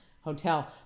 hotel